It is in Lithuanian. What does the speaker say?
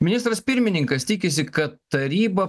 ministras pirmininkas tikisi kad taryba